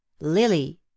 Lily